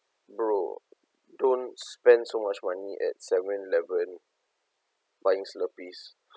bro don't spend so much money at seven eleven buying slurpees